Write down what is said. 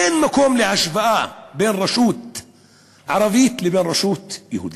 אין מקום להשוואה בין רשות ערבית לבין רשות יהודית.